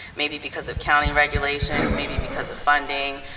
maybe because of county regulations. maybe because of funding.